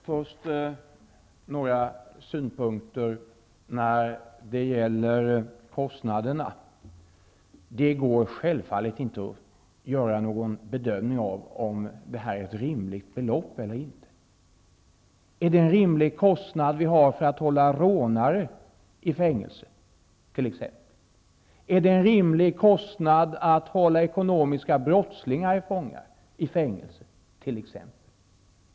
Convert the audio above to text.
Herr talman! Först några synpunkter beträffande kostnaderna. Det går självfallet inte att göra någon bedömning av om det här rör sig om ett rimligt belopp eller inte. Är t.ex. våra kostnader rimliga för att hålla rånare i fängelse? Är det t.ex. rimliga kostnader för att hålla ekonomiska brottslingar i fängelse?